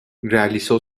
realizó